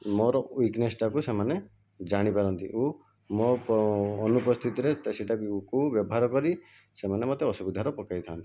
ମୋର ୱିକ୍ନେସ୍ ଟାକୁ ସେମାନେ ଜାଣିପାରନ୍ତି ଓ ମୋ ଅନୁପସ୍ଥିତିରେ ସେଇଟାକୁ ବ୍ୟବହାର କରି ସେମାନେ ମୋତେ ଅସୁବିଧାରେ ପକେଇଥାନ୍ତି